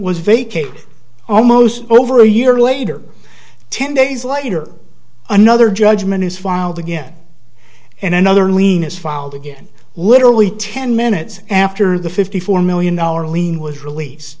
was vacated almost over a year later ten days later another judgment is filed again and another lena's filed again literally ten minutes after the fifty four million dollar lien was released